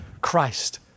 Christ